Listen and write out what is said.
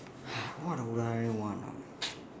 what would I want ah